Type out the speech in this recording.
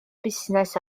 busnes